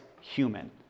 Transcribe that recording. human